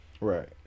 right